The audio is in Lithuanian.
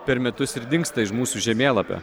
per metus ir dingsta iš mūsų žemėlapio